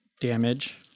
damage